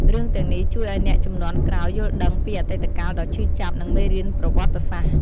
រឿងទាំងនេះជួយឱ្យអ្នកជំនាន់ក្រោយយល់ដឹងពីអតីតកាលដ៏ឈឺចាប់ និងមេរៀនប្រវត្តិសាស្ត្រ។